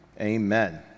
Amen